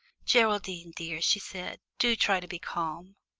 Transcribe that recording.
geraldine, dear, she said, do try to be calm.